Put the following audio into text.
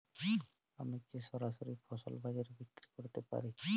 আমি কি সরাসরি ফসল বাজারে বিক্রি করতে পারি?